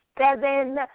seven